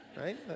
right